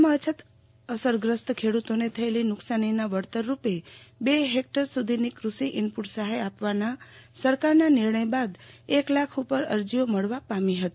જિલ્લામાં અછત અસરગ્રસ્ત ખેડુતોને થયેલી નુકસાનીના વળતર રૂપે બે હેક્ટર સુધીની ક્રષિ ઈનપુટ સહાય આપવાના સરકારના નિર્ણય બાદ એક લાખ ઉપર અરજીઓ મળવા પામી હતી